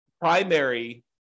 primary